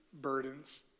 burdens